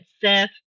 Seth